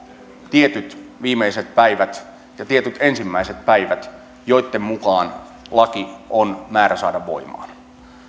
tietyt viimeiset päivät ja tietyt ensimmäiset päivät joitten mukaan laki on määrä saada voimaan